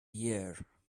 here